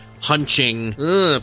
Hunching